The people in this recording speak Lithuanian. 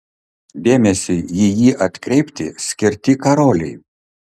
dėmesiui į jį atkreipti skirti karoliai